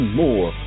more